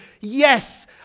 yes